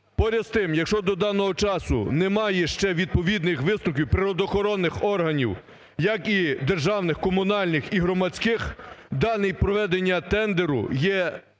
Поряд з тим, якщо до даного часу немає ще відповідних висновків природоохоронних органів, як і державних, комунальних і громадських, дані проведення тендеру є